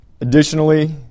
Additionally